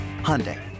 Hyundai